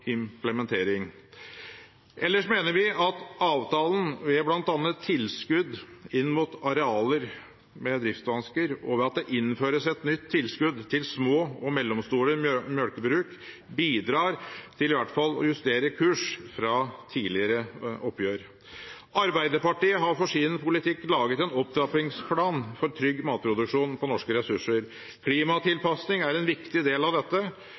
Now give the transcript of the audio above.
implementering. Ellers mener vi at avtalen, ved bl.a. tilskudd til arealer med driftsvansker og at det innføres et nytt tilskudd til små og mellomstore mjølkebruk, bidrar til i hvert fall å justere kurs fra tidligere oppgjør. Arbeiderpartiet har for sin politikk laget en opptrappingsplan for trygg matproduksjon på norske ressurser. Klimatilpasning er en viktig del av dette,